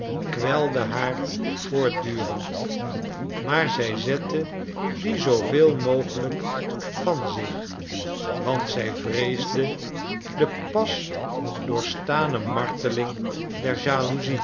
kwelde haar voortdurend maar zij zette die zooveel mogelijk van zich want zij vreesde de pas doorstane marteling der